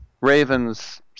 Ravens